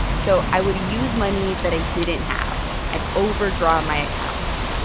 so i would use money that i didn't have. i'd overdraw my account.